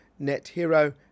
nethero